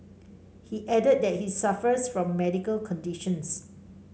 he added that he suffers from medical conditions